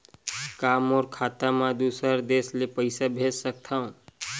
का मोर खाता म दूसरा देश ले पईसा भेज सकथव?